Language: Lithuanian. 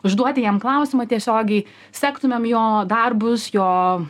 užduoti jam klausimą tiesiogiai sektumėm jo darbus jo